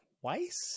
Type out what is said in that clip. twice